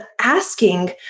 asking